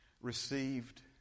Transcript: received